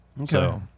Okay